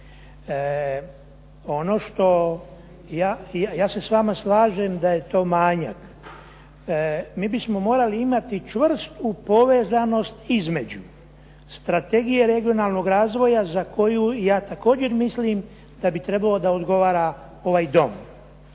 Ono što, ja se s vama slažem da je to manjak. Mi bismo morali imati čvrstu povezanost između strategije regionalnog razvoja za koju ja također mislim da bi trebalo da odgovara ovaj Dom.